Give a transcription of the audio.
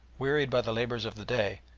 wearied by the labours of the day,